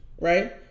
right